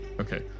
Okay